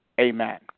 Amen